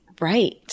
right